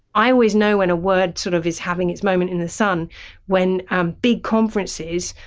i always know when a word sort of is having its moment in the sun when big conferences,